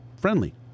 friendly